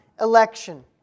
election